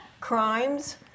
crimes